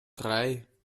drei